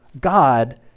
God